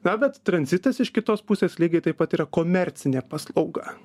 na bet tranzitas iš kitos pusės lygiai taip pat yra komercinė paslauga